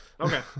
okay